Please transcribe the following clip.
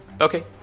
Okay